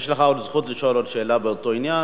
יש לך זכות לשאול עוד שאלה באותו עניין.